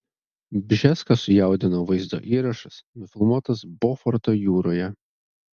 bžeską sujaudino vaizdo įrašas nufilmuotas boforto jūroje